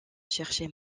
chercher